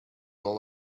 all